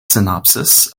synopsis